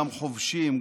גם חובשים,